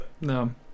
No